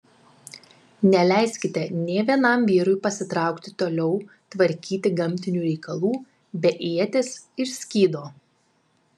neleiskite nė vienam vyrui pasitraukti toliau tvarkyti gamtinių reikalų be ieties ir skydo